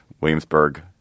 Williamsburg